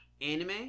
anime